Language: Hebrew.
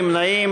מנואל